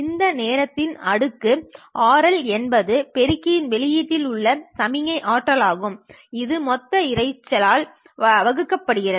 இந்த நேரத்தின் அடுக்கு RL என்பது பெருக்கியின் வெளியீட்டில் உள்ள சமிக்ஞை ஆற்றல் ஆகும் இது மொத்த இரைச்சல் ஆல் வகுக்கப்படுகிறது